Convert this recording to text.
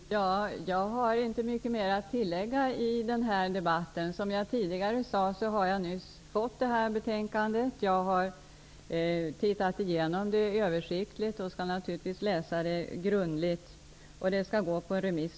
Herr talman! Jag har inte mycket mer att tillägga i den här debatten. Såsom jag tidigare sade har jag nyss fått betänkandet, och jag har översiktligt tittat igenom det. Naturligtvis skall jag läsa det grundligt, och det skall gå på remiss.